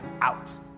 out